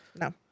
No